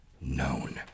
known